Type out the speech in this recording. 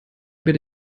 über